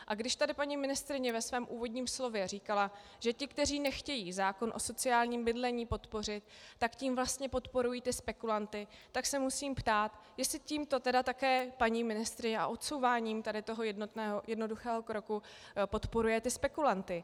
A když tady paní ministryně ve svém úvodním slově říkala, že ti, kteří nechtějí zákon o sociálním bydlení podpořit, tím vlastně podporují ty spekulanty, tak se musím ptát, jestli tímto tedy také paní ministryně a odsouváním tady toho jednoduchého kroku podporuje ty spekulanty.